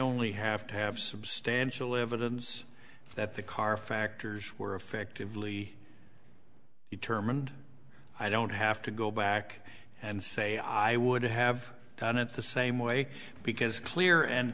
only have to have substantial evidence that the car factors were effectively determined i don't have to go back and say i would have done it the same way because clear and